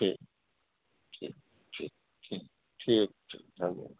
ठीक ठीक ठीक ठीक ठीक छै धन्यवाद